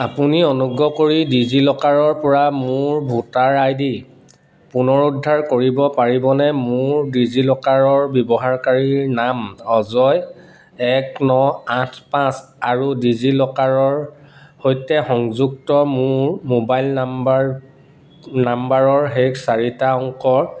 আপুনি অনুগ্ৰহ কৰি ডিজিলকাৰৰপৰা মোৰ ভোটাৰ আই ডি পুনৰুদ্ধাৰ কৰিব পাৰিবনে মোৰ ডিজিলকাৰৰ ব্যৱহাৰকাৰীৰ নাম অজয় এক ন আঠ পাঁচ আৰু ডিজিলকাৰৰ সৈতে সংযুক্ত মোৰ মোবাইল নাম্বাৰ নাম্বৰৰ শেষৰ চাৰিটা অংক